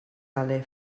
allez